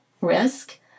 risk